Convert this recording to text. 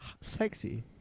Sexy